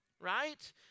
right